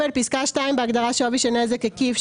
פסקה (2) בהגדרה "שווי של נזק עקיף",